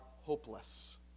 hopeless